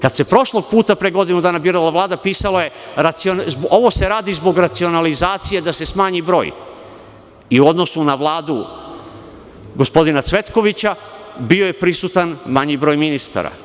Kada se prošlog puta, pre godinu dana birala vlada, pisalo je: „ovo se radi zbog racionalizacije, da se smanji broj“ i u odnosu na Vladu gospodina Cvetkovića bio je prisutan manji broj ministara.